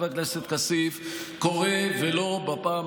חבר הכנסת כסיף,